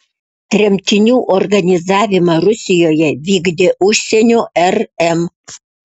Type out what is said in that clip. tremtinių organizavimą rusijoje vykdė užsienio rm